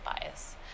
bias